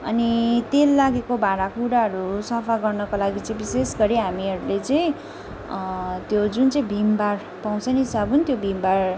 अनि तेल लागेको भाँडाकुँडाहरू सफा गर्नका लागि चाहिँ विशेष गरी हामीहरूले चाहिँ त्यो जुन चाहिँ भीम बार पाउँछ नि साबुन त्यो भीम बार